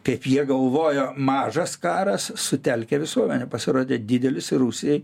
kaip jie galvojo mažas karas sutelkia visuomenę pasirodė didelis rusijai